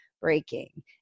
breaking